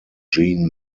gene